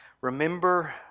remember